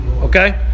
Okay